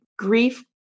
grief